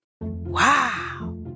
Wow